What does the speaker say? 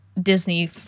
Disney